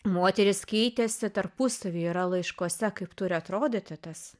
moterys keitėsi tarpusavyje yra laiškuose kaip turi atrodyti tas